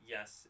Yes